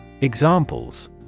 Examples